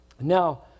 Now